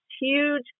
huge